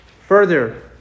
Further